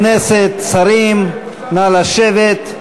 חברי הכנסת, שרים, נא לשבת.